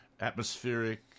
atmospheric